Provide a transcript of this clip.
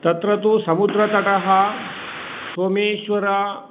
तत्र तु समुद्रतटः सोमेश्वरः